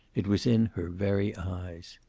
it was in her very eyes.